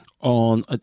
On